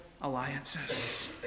alliances